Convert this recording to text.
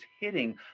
hitting